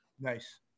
nice